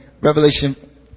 Revelation